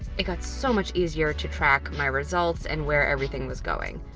it got so much easier to track my results and where everything was going.